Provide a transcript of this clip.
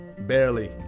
Barely